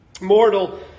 Mortal